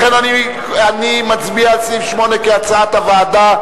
לכן אני מצביע על סעיף 8 כהצעת הוועדה.